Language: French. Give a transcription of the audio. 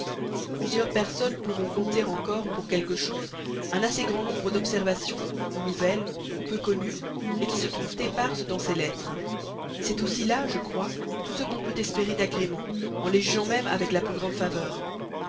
plusieurs personnes pourront compter encore pour quelque chose un assez grand nombre d'observations ou nouvelles ou peu connues qui se trouvent éparses dans ces lettres c'est aussi là je crois tout ce qu'on y peut espérer d'agréments en les jugeant même avec la plus grande faveur